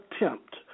attempt